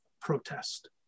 Protest